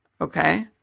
Okay